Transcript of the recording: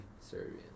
Serbian